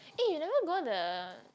eh you never go the